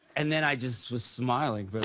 and then i just was smiling for